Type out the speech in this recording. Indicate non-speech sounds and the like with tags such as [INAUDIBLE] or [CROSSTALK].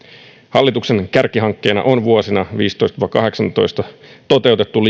hallituksen kärkihankkeena on vuosina kaksituhattaviisitoista viiva kaksituhattakahdeksantoista toteutettu [UNINTELLIGIBLE]